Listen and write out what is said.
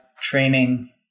training